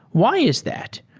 why is that?